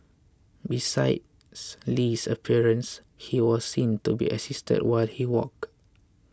besides Li's appearance he was seen to be assisted while he walked